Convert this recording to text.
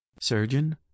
Surgeon